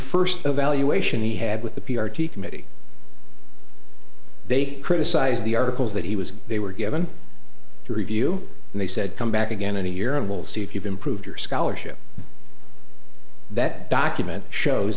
first evaluation he had with the p r t committee they criticised the articles that he was they were given to review and they said come back again in a year and we'll see if you've improved your scholarship that document shows